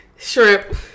shrimp